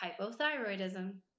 hypothyroidism